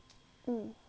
mm